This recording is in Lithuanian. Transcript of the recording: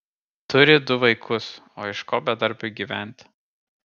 turi du vaikus o iš ko bedarbiui gyventi